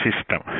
system